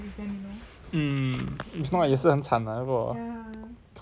mm if not 也是很惨 lah 如果 conflict